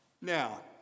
Now